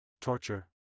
Torture